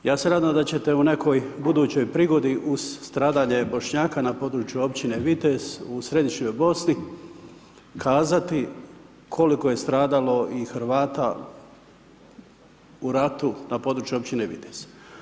Ja se nadam da ćete u nekoj budućoj prigodi uz stradanje Bošnjaka na području općine Vitez u Središnjoj Bosni kazati koliko je stradalo i Hrvata u ratu na području općine Vitez.